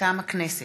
מטעם הכנסת: